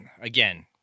Again